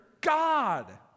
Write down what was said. God